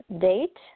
date